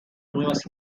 nuevas